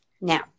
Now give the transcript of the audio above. Now